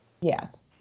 Yes